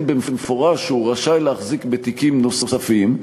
במפורש שהוא רשאי להחזיק בתיקים נוספים,